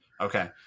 okay